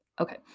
Okay